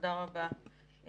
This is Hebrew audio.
תודה רבה.